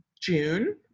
June